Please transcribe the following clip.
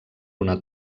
una